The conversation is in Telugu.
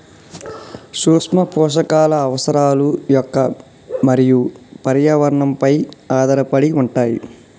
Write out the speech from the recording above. సూక్ష్మపోషకాల అవసరాలు మొక్క మరియు పర్యావరణంపై ఆధారపడి ఉంటాయి